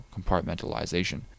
compartmentalization